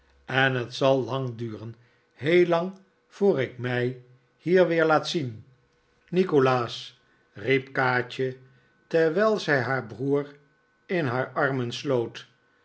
en het zal lang duren heel lang voor ik mij hier weer laat zien nikolaas riep kaatje terwijl zij haar broer in haar armen sloot